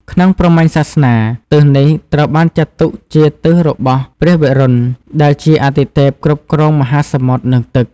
ក្នុងព្រហ្មញ្ញសាសនា ទិសនេះត្រូវបានចាត់ទុកជាទិសរបស់ ព្រះវរុណ ដែលជាអាទិទេពគ្រប់គ្រងមហាសមុទ្រនិងទឹក។